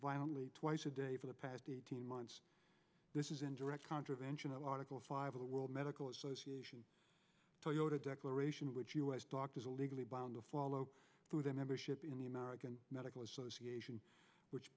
only twice a day for the past eighteen months this is in direct contravention of article five of the world medical association toyota declaration which us doctors are legally bound to follow through their membership in the american medical association which